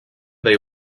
they